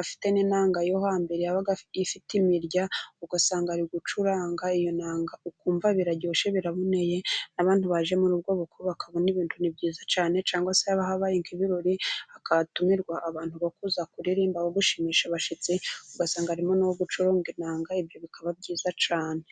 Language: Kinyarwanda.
afite n'inanga yo hambere, yabaga ifite imirya, ugasanga ari gucuranga iyo nanga ukumva biraryoshye biraboneye, n'abantu baje muri ubwo bukwe bakabona ibintu ni byiza cyane, cyangwa se haba habaye nk'ibirori hagatumirwa abantu bakaza kuririmba bo gushimisha abashyitsi, ugasanga harimo uwo gucuranga inanga ibyo bikaba byiza cyane.